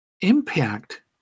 impact